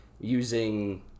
using